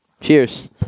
Cheers